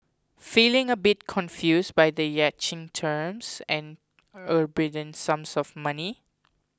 feeling a bit confused by the yachting terms and sums of money